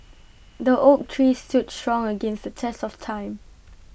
the oak tree stood strong against the test of time